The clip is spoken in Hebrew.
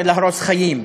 זה להרוס חיים,